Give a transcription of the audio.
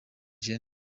gen